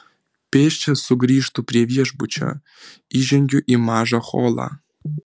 pėsčias sugrįžtu prie viešbučio įžengiu į mažą holą